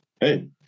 hey